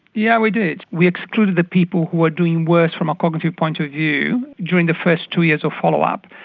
yeah we did. we excluded the people who were doing worse from a cognitive point of view during the first two years of follow up.